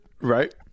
right